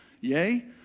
Yay